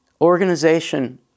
Organization